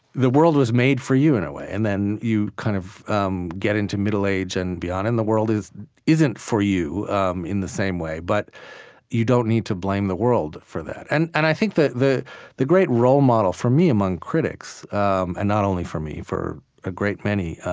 the world was made for you, in a way. and then, you kind of um get into middle age and beyond, and the world isn't for you um in the same way. but you don't need to blame the world for that and and i think that the the great role model for me, among critics um and not only for me, for a great many